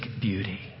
beauty